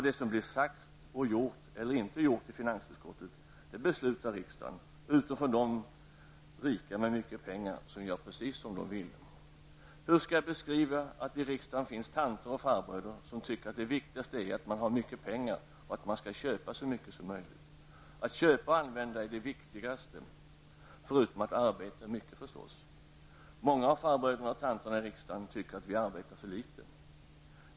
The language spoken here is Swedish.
Det som blir sagt, gjort eller inte gjort i finansutskottet, det beslutar riksdagen om, utom för de rika med mycket pengar som gör precis som de vill. Hur skall jag beskriva att det i riksdagen finns tanter och farbröder, som tycker att det viktigaste är att man har mycket pengar och att man skall köpa så mycket som möjligt? Att köpa och använda är det viktigaste, förutom att arbeta mycket, förstås. Många av farbröderna och tanterna i riksdagen tycker att vi arbetar för litet.